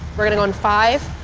we're gonna go and five,